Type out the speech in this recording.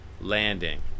landing